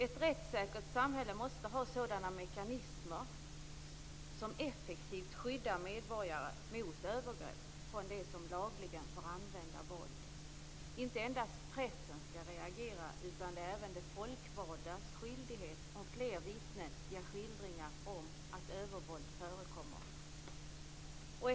Ett rättssäkert samhälle måste ha sådana mekanismer som effektivt skyddar medborgare mot övergrepp från dem som lagligen får använda våld. Inte endast pressen skall reagera, utan det är även de folkvaldas skyldighet om fler vittnen ger skildringar om att övervåld förekommer.